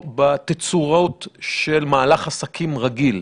בתצורות של מהלך העסקים רגיל.